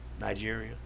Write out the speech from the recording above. Nigeria